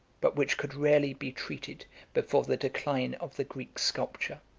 but which could really be treated before the decline of the greek sculpture.